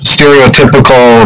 Stereotypical